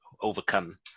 overcome